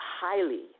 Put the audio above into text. highly